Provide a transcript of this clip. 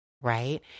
right